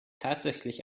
tatsächlich